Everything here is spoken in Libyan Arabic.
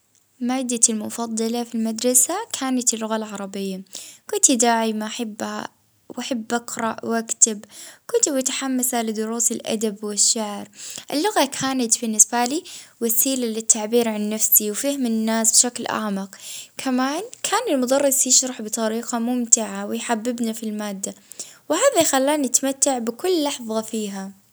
اه المادة المفضلة عندي كانت العلوم الطبيعية، على خاطر أني نحب نفهم كيف الدنيا اه من حوالينا خاصة البيولوجيا.